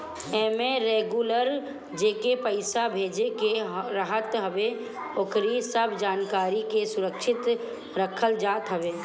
एमे रेगुलर जेके पईसा भेजे के रहत हवे ओकरी सब जानकारी के सुरक्षित रखल जात हवे